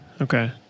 Okay